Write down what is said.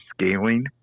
scaling